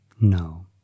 No